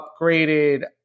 upgraded